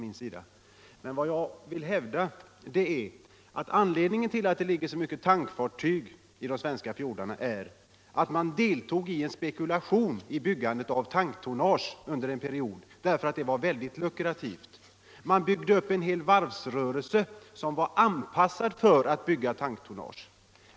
Men vad jag vill hävda är att anledningen till att det ligger så många tankfartyg i de svenska fjordarna är att man deltog i en spekulation i byggandet av tanktonnage under en period därför att det var väldigt lukrativt. Man byggde upp en hel varvsrörelse som var anpassad för att framställa tanktonnage.